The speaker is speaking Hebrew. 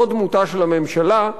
זאת דמותה של הממשלה,